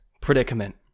predicament